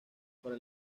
para